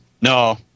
No